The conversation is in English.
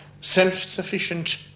self-sufficient